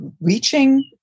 reaching